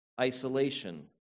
isolation